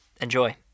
Enjoy